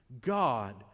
God